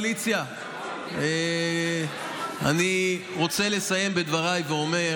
אני רוצה לסיים את דבריי ולומר